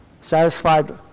Satisfied